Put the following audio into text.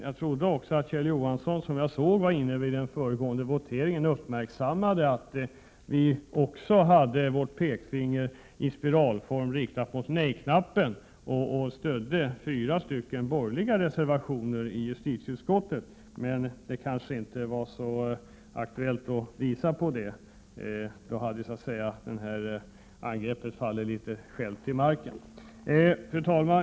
Jag trodde också att Kjell Johansson, som jag såg var inne vid den föregående voteringen, uppmärksammade att vi då vred pekfingret i spiral mot nej-knappen och stödde fyra borgerliga reservationer i justitieutskottet. Men det kanske inte var så aktuellt att visa på det, för då hade ju angreppet fallit platt till marken. Fru talman!